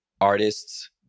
artists